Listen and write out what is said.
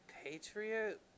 Patriot